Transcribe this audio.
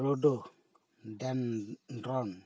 ᱨᱳᱰᱳ ᱰᱮᱱᱰᱨᱚᱱ